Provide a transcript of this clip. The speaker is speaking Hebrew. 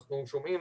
אנחנו שומעים,